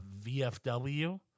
VFW